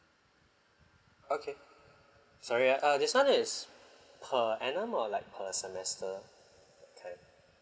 okay sorry ah uh this one is per annum or like per semester attend